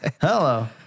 Hello